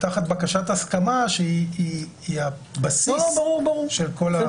תחת בקשת הסכמה שהיא הבסיס של כל --- ברור,